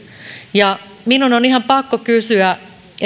ja minun on ihan pakko kysyä